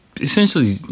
essentially